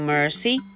Mercy